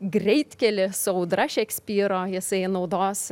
greitkelį su audra šekspyro jisai naudos